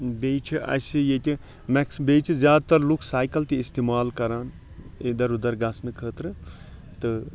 بیٚیہِ چھِ اَسہِ ییٚتہِ میکس بیٚیہِ چھِ زیادٕ تَر لُکھ سایکَل تہِ اِستِمال کَران اِدھر اُدھر گَژھنہٕ خٲطرٕ تہٕ